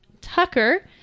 Tucker